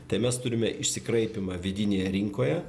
tai mes turime išsikraipymą vidinėje rinkoje